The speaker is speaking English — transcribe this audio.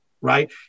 Right